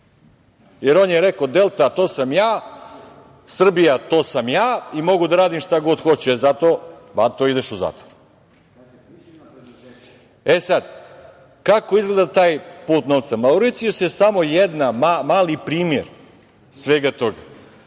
jer on je rekao - Delta to sam ja, Srbija to sam ja i mogu da radim šta god hoću. E, zato, bato, ideš u zatvor. Kako izgleda taj put novca? Mauricijus je samo jedan mali primer svega toga.